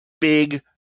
big